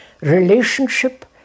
Relationship